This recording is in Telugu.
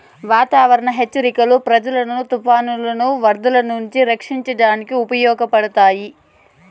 వాతావరణ హెచ్చరికలు ప్రజలను తుఫానులు, వరదలు నుంచి రక్షించడానికి ఉపయోగించబడతాయి